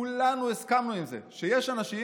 כולנו הסכמנו עם זה שיש אנשים